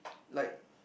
like